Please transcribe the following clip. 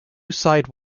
side